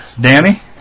Danny